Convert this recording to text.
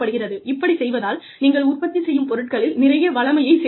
இப்படிச் செய்வதால் நீங்கள் உற்பத்தி செய்யும் பொருட்களில் நிறைய வளமையை சேர்க்கிறது